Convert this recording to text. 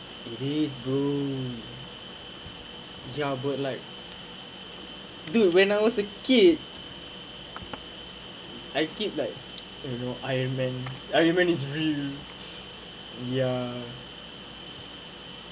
these bloom ya but like dude when I was a kid I keep like you know iron man iron man is really ya